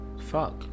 fuck